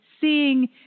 seeing